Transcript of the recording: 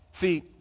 See